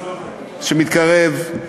שמתקרב,